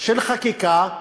של חקיקה,